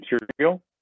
material